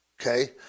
okay